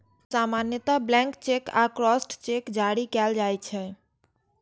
सामान्यतः blank cheque आ crossed cheque जारी कैल जाइ छै